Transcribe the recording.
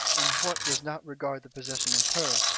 in what does not regard the possession of her,